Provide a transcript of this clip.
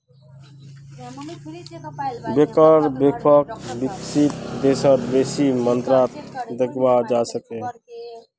banker बैंकक विकसित देशत बेसी मात्रात देखवा सके छै